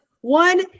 one